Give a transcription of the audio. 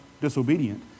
disobedient